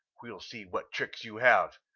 we'll see what tricks you have,